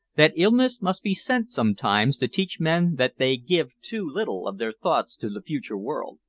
that illness must be sent sometimes, to teach men that they give too little of their thoughts to the future world.